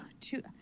two